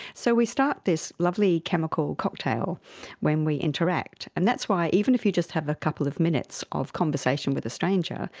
so we start this lovely chemical cocktail when we interact. interact. and that's why even if you just have a couple of minutes of conversation with a stranger,